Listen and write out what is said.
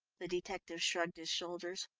the detective shrugged his shoulders.